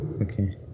okay